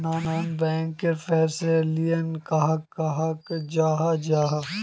Non banking financial कहाक कहाल जाहा जाहा?